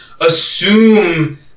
assume